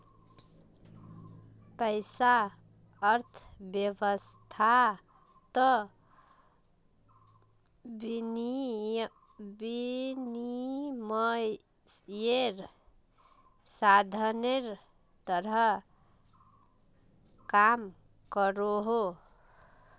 पैसा अर्थवैवस्थात विनिमयेर साधानेर तरह काम करोहो